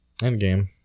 Endgame